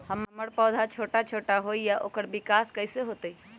हमर पौधा छोटा छोटा होईया ओकर विकास कईसे होतई?